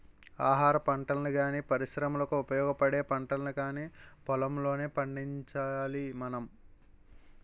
ఆహారపంటల్ని గానీ, పరిశ్రమలకు ఉపయోగపడే పంటల్ని కానీ పొలంలోనే పండించాలి మనం